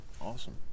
Awesome